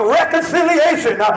reconciliation